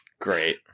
Great